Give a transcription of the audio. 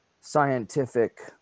scientific